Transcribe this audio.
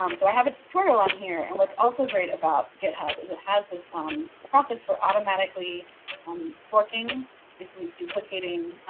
um so i have a tutorial on here. and what's also great about github is it has this um this process for automatically um forking this week duplicating